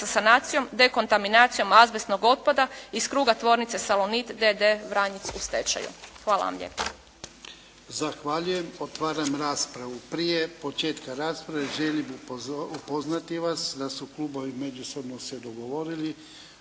sa sanacijom, dekontaminacijom azbestnog otpada iz kruga tvornice "Salonit" d.d. Vranjec u stečaju. Hvala vam lijepa.